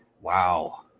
Wow